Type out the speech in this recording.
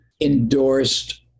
endorsed